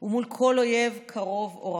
ומול כל אויב, קרוב או רחוק.